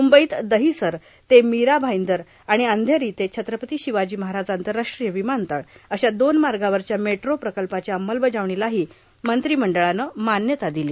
म्रंबईत दहीसर ते मीरा भाईदर आणि अंधेरी ते छत्रपती शिवाजी महाराज आंतरराष्ट्रीय विमानतळ अशा दोन मार्गावरच्या मेट्रो प्रकल्पाच्या अंमलबजावणीलाही मंत्रिमंडळानं मान्यता दिली